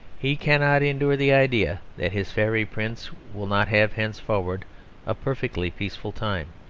he cannot endure the idea that his fairy prince will not have henceforward a perfectly peaceful time.